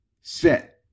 set